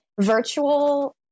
virtual